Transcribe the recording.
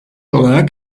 olarak